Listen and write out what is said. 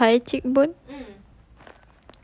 err I have high cheekbone